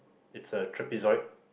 it is a trapezoid